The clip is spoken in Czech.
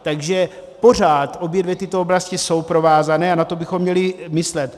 Takže pořád obě dvě tyto oblasti jsou provázány a na to bychom měli myslet.